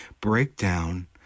breakdown